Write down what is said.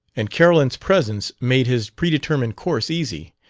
and carolyn's presence made his predetermined course easy,